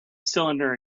cylinder